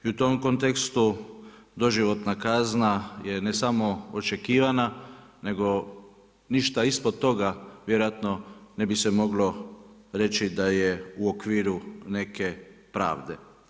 I u tom kontekstu, doživotna kazna, je ne samo očekivana, nego ništa ispod toga, vjerojatno ne bi se moglo reći, da je u okviru neke pravde.